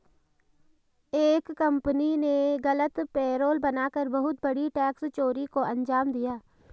एक कंपनी ने गलत पेरोल बना कर बहुत बड़ी टैक्स चोरी को अंजाम दिया